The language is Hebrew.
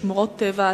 שמורות טבע,